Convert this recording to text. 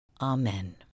Amen